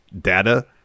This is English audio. data